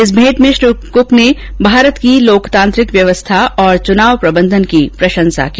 इस भेंट में श्री कुक ने भारत की लोकतांत्रिक व्यवस्था और चुनाव प्रबंधन की तारीफ की